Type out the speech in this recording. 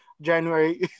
January